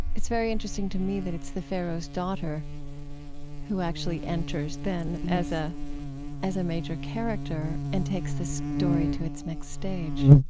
it's very interesting to me that it's the pharaoh's daughter who actually enters then as ah as a major character and takes the story to its next stage